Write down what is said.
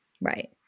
Right